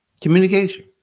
Communication